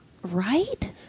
right